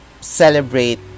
celebrate